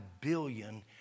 billion